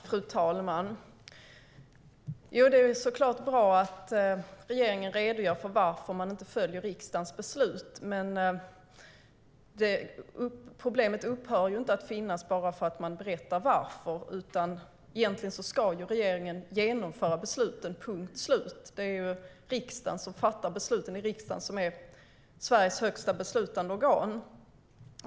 Fru talman! Det är såklart bra att regeringen redogör för varför man inte följer riksdagens beslut, men problemet upphör inte att finnas bara för att man berättar varför. Egentligen ska regeringen genomföra besluten, punkt slut. Det är riksdagen som fattar besluten, och det är riksdagen som är Sveriges högsta beslutande organ.